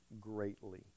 greatly